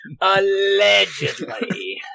Allegedly